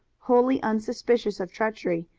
wholly unsuspicious of treachery,